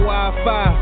Wi-Fi